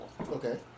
Okay